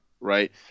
right